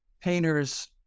painters